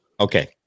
Okay